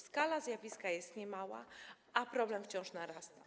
Skala zjawiska jest niemała, a problem wciąż narasta.